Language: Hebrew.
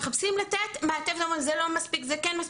הם מחפשים לומר מה לא מספיק ומה כן מספיק,